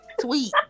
Sweet